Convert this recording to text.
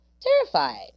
terrified